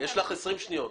יש לך 20 שניות.